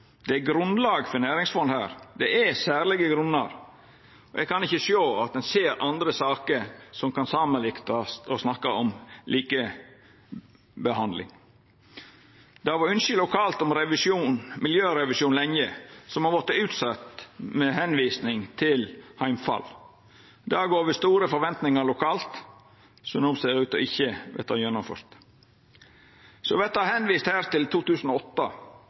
Det er grunnlag for næringsfond her. Det er særlege grunnar, og eg kan ikkje sjå at ein ser andre saker som kan samanliknast når det er snakk om likebehandling. Det har lenge vore ynske lokalt om miljørevisjon, som har vorte utsett ved å visa til heimfall. Det har gjeve store forventningar lokalt – og ser no ut til ikkje å verta gjennomført. Det vert her vist til 2008,